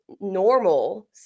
normal